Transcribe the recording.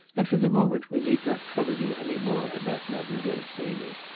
and for the moment we need not trouble you any more about mademoiselle celie.